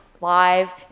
live